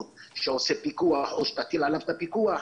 שעושה פיקוח או שתטיל עליו את הפיקוח,